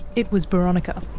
it was boronika.